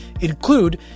include